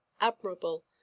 admirable